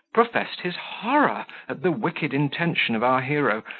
professed his horror at the wicked intention of our hero,